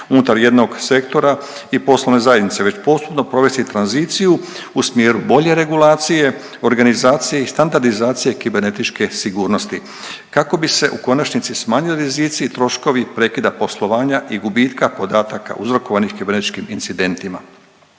unutar jednog sektora i poslovne zajednice već postupno provesti tranziciju u smjeru bolje regulacije, organizacije i standardizacije kibernetičke sigurnosti kako bi se u konačnici smanjili rizici, troškovi prekida poslovanja i gubitka podataka uzrokovanih kibernetičkim incidentima.